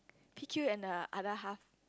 P_Q and the other half